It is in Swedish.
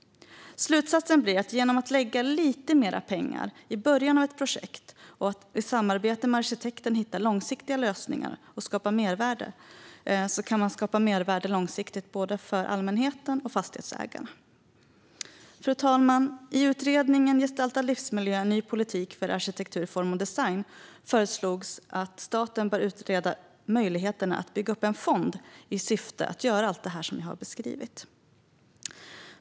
Slutsatsen blir att man genom att lägga lite mer pengar i början av ett projekt och att i samarbete med arkitekten hitta långsiktiga lösningar kan skapa mervärde långsiktigt både för allmänheten och för fastighetsägarna. Fru talman! I utredningen Gestaltad livsmiljö - en ny politik för arkitektur, form och design föreslogs att staten ska utreda möjligheten att bygga upp en fond i syfte att göra allt det som jag har beskrivit.